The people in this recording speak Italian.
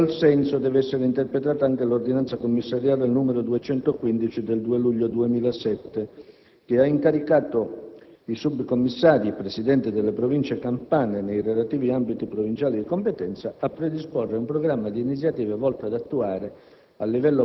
In tal senso deve essere interpretata anche l'ordinanza commissariale n. 215 del 2 luglio 2007, che ha incaricato i sub-commissari, Presidenti delle Province campane, nei relativi ambiti provinciali di competenza, a predisporre un programma di iniziative volto ad attuare,